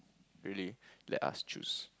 really let us choose